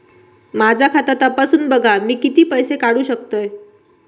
माझा खाता तपासून बघा मी किती पैशे काढू शकतय?